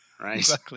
Right